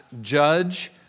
judge